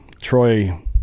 troy